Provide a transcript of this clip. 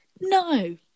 No